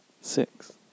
Six